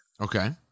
Okay